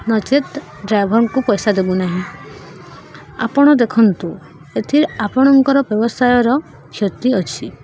ନଚେତ୍ ଡ୍ରାଇଭରଙ୍କୁ ପଇସା ଦେବୁନାହିଁ ଆପଣ ଦେଖନ୍ତୁ ଏଥିର୍ ଆପଣଙ୍କର ବ୍ୟବସାୟର କ୍ଷତି ଅଛି